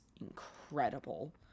incredible